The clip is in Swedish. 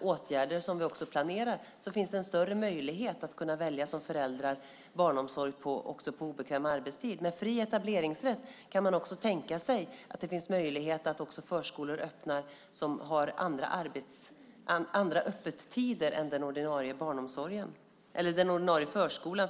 åtgärder som vi planerar finns en större möjlighet att som förälder kunna välja barnomsorg också på obekväm arbetstid. Med fri etableringsrätt kan man också tänka sig att det finns möjlighet att förskolor öppnar som har andra öppettider än den ordinarie förskolan. För det ska väl sägas att det oftast är barnomsorg på den obekväma arbetstiden som det handlar om. Det pågår ett arbete med skollagen.